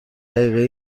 دقیقه